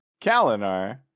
Kalinar